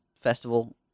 festival